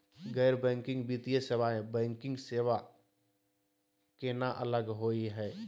गैर बैंकिंग वित्तीय सेवाएं, बैंकिंग सेवा स केना अलग होई हे?